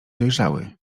dojrzały